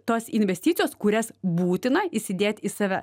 tos investicijos kurias būtina įsidėt į save